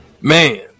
Man